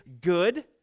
good